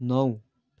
नौ